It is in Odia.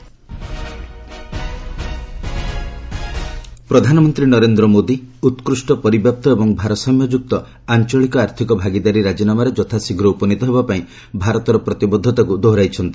ପିଏମ ଆରସିଇପି ପ୍ରଧାନମନ୍ତ୍ରୀ ନରେନ୍ଦ୍ର ମୋଦି ଉକ୍ତୁଷ୍ଟ ପରିବ୍ୟାପ୍ତ ଏବଂ ଭାରସାମ୍ୟ ଯୁକ୍ତ ଆଞ୍ଚଳିକ ଆର୍ଥିକ ଭାଗିଦାରୀ ରାଜିନାମାରେ ଯଥା ଶୀଘ୍ର ଉପନୀତ ହେବା ପାଇଁ ଭାରତର ପ୍ରତିବଦ୍ଧତାକୁ ଦେହାରାଇଛନ୍ତି